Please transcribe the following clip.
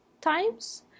times